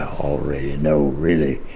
ah already know, really,